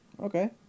Okay